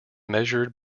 measured